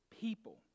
people